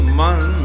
man